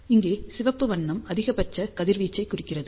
இங்கே சிவப்பு வண்ணம் அதிகபட்ச கதிர்வீச்சைக் குறிக்கிறது